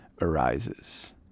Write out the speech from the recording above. arises